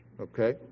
okay